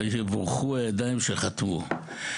ויבורכו הידיים שחתמו על כך.